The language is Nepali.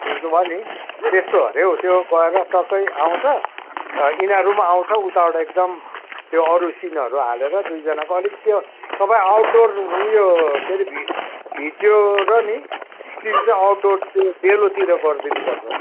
बुझ्नुभयो नि त्यस्तो अरे हो त्यो गएर टक्कै आउँछ यिनीहरू पनि आउँछ उताबाट एकदम त्यो अरू सिनहरू हालेर दुईजनाको अलिक त्यो सबै आउटडोर उयो के अरे भि भिडियो र नि स्क्रिन चाहिँ आउटडोर डेलोतिर गरिदिनु पर्छ